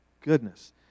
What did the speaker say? goodness